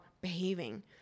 behaving